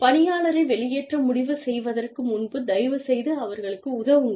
பணியாளரை வெளியேற்ற முடிவு செய்வதற்கு முன்பு தயவுசெய்து அவர்களுக்கு உதவுங்கள்